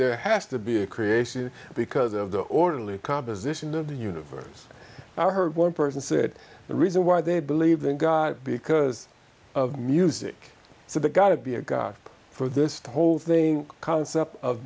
there has to be a creation because of the orderly composition of the universe i heard one person said the reason why they believe in god because of music so the got to be a god for this whole thing concept of